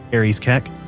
aries keck,